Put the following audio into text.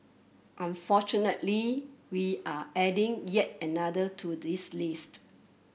unfortunately we're adding yet another to this list